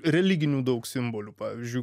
religinių daug simbolių pavyzdžiui